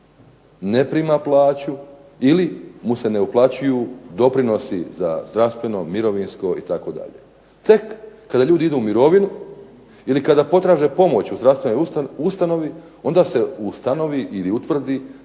ne prima plaću ili mu se ne uplaćuju doprinosi za zdravstveno, mirovinsko itd. Tek kada ljudi idu u mirovinu ili kada potraže pomoć u zdravstvenoj ustanovi onda se ustanovi ili utvrdi